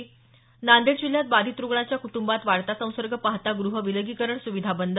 त नांदेड जिल्ह्यात बाधित रुग्णाच्या कुटुंबात वाढता संसर्ग पाहता गृह विलगीकरण सुविधा बंद